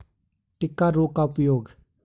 टिक्का रोग का उपाय?